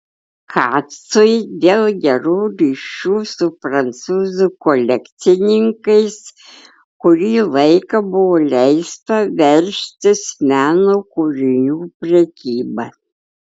kacui dėl gerų ryšių su prancūzų kolekcininkais kurį laiką buvo leista verstis meno kūrinių prekyba